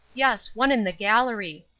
yes, one in the gallery.